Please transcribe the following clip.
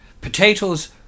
Potatoes